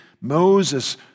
Moses